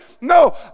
No